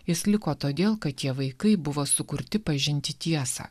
jis liko todėl kad tie vaikai buvo sukurti pažinti tiesą